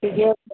ठीके छै